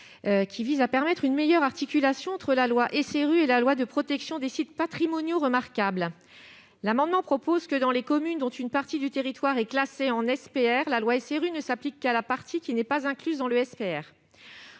Afin de permettre une meilleure articulation entre la loi SRU et la loi de protection des sites patrimoniaux remarquables (SPR), l'amendement vise à ce que, dans les communes dont une partie du territoire est classée en SPR, la loi SRU ne s'applique qu'à la partie qui n'est pas incluse dans le SPR.